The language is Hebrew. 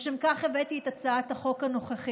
לשם כך הבאתי את הצעת החוק הנוכחית,